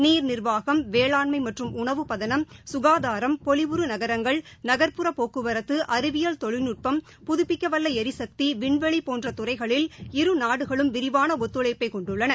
நீர் நீர்வாகம் வேளாண்மைமற்றும் உணவுப்பதனம் சுகாதாரம் பொலிவுறு நகரங்கள் நகரங்கள் நகரங்கற போக்குவரத்து அறிவியல் தொழில்நுட்பம் புதுப்பிக்கவல்லளரிசக்தி விண்வெளிபோன்றதுறைகளில் இரு நாடுகளும் விரிவானஒத்துழைப்பைகொண்டுள்ளன